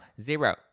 zero